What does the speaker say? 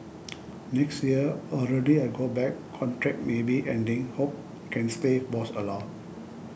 next year already I go back contract maybe ending hope can stay boss allow